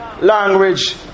language